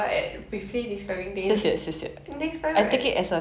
称赞 I think